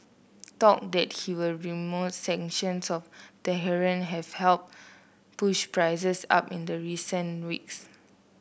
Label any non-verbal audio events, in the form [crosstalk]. talk that he will [unintelligible] sanctions on Tehran have helped push prices up in the recent weeks